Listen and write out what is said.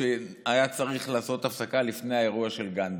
כשהיה צריך לעשות הפסקה לפני האירוע של גנדי?